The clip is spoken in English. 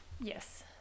Yes